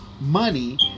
money